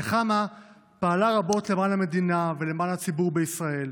נחמה פעלה רבות למען המדינה ולמען הציבור בישראל,